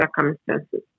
circumstances